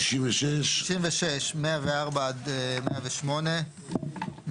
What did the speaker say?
104 עד 108,